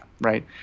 right